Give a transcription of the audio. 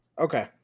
Okay